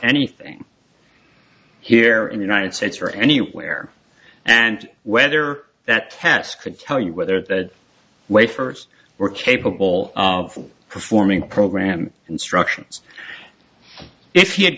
anything here in the united states or anywhere and whether that test could tell you whether the way first were capable of performing program instructions if you had